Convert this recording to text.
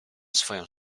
swoją